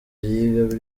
yiga